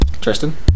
Tristan